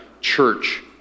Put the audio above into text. church